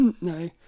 no